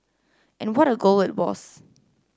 and what a goal it was